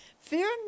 fear